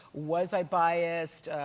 was i biased?